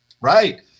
Right